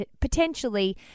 potentially –